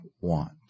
want